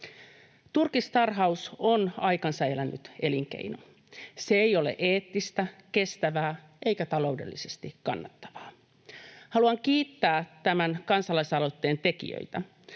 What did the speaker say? Turkistarhaus on aikansa elänyt elinkeino. Se ei ole eettistä, kestävää eikä taloudellisesti kannattavaa. Haluan kiittää tämän kansalaisaloitteen tekijöitä.